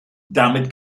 damit